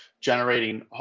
generating